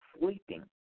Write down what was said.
sleeping